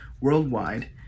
worldwide